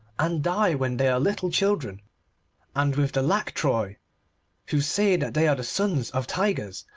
and die when they are little children and with the laktroi who say that they are the sons of tigers,